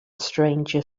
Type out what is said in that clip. stranger